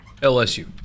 LSU